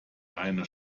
eine